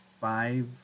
five